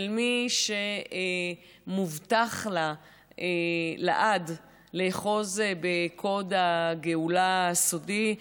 של מי שמובטח לה לעד לאחוז בקוד הגאולה הסודי,